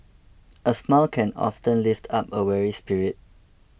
a smile can often lift up a weary spirit